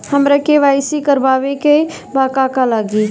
हमरा के.वाइ.सी करबाबे के बा का का लागि?